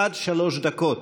עד שלוש דקות.